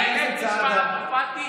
חבר הכנסת סעדה,